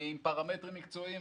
עם פרמטרים מקצועיים,